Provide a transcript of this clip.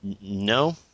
no